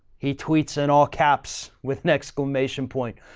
he tweets in all caps with an exclamation point.